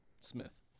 Smith